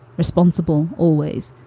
responsible, always.